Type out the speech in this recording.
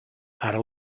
ara